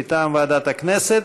מטעם ועדת הכנסת.